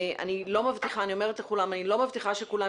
אני אומרת לכולם שאני לא מבטיחה שכולם